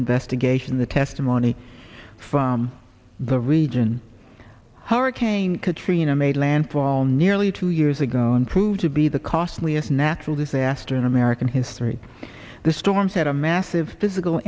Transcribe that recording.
investigation the testimony from the region hurricane katrina made landfall nearly two years ago and proved to be the costliest natural disaster in american history the storms had a massive physical